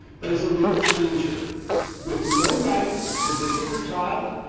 but as a legal stranger with no right to visit her child,